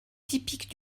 typique